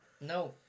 No